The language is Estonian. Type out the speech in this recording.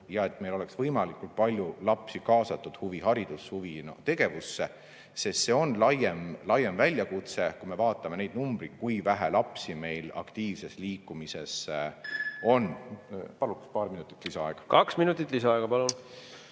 ja et meil oleks võimalikult palju lapsi kaasatud huviharidusse, huvitegevusse. See on laiem väljakutse, kui me vaatame neid numbreid, kui vähe lapsi meil aktiivselt liigub. Paluks paar minutit lisaaega. Kaks minutit lisaaega, palun!